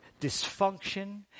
dysfunction